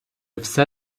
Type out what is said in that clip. все